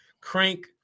Crank